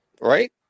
Right